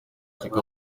shyaka